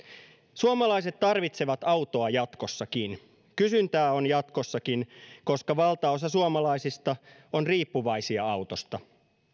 suomalaiset tarvitsevat autoa jatkossakin kysyntää on jatkossakin koska valtaosa suomalaisista on riippuvaisia autosta